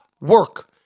work